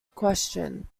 question